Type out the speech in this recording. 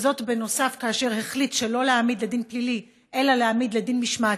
אשר החליט שלא להעמיד לדין פלילי אלא להעמיד לדין משמעתי,